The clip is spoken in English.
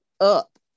up